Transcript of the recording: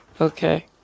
Okay